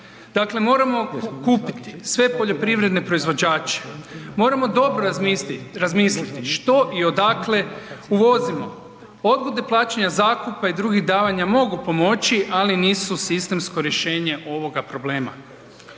dakle moramo okupiti sve poljoprivredne proizvođače, moramo dobro razmisliti što i odakle uvozimo. Odgode plaćanja zakupa i drugih davanja mogu pomoći, ali nisu sistemsko rješenje ovoga problema.